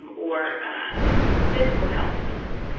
or physical health needs.